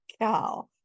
cow